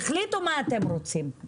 תחליטו מה אתם רוצים.